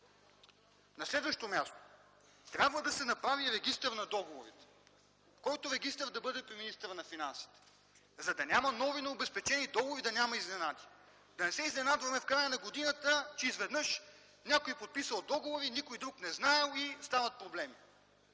На следващо място, трябва да се направи регистър на договорите, който да бъде при министъра на финансите, за да няма нови необезпечени договори и да няма изненади. Да не се изненадваме в края на годината, че изведнъж някой подписал договори, никой друг не знаел и – стават проблеми.